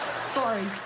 sorry.